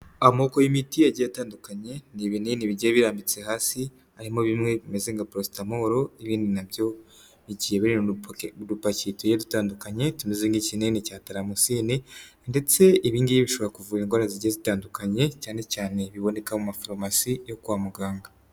Amoko y'imiti yagiye atandukanye, n' ibinini bigiye birambitse hasi harimo bimwe bimeze nka prostanmour ibindi na byo bipakiye mudupakitu dutandukanye tumeze nk'kinini cya taramusine ndetsen' ibingibi bishobora kuvura indwara zigiye zitandukanye ,cyane cyane bibonekamo mu mamafaruromasi yo kwa muganga.